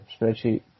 spreadsheet